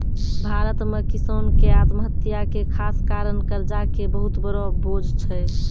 भारत मॅ किसान के आत्महत्या के खास कारण कर्जा के बहुत बड़ो बोझ छै